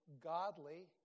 godly